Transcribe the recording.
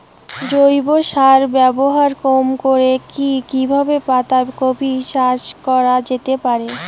জৈব সার ব্যবহার কম করে কি কিভাবে পাতা কপি চাষ করা যেতে পারে?